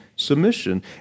submission